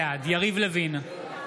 בעד יריב לוין,